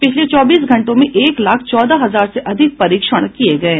पिछले चौबीस घंटों में एक लाख चौदह हजार से अधिक परीक्षण किये गये